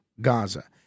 Gaza